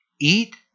eat